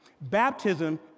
Baptism